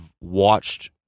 watched